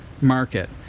market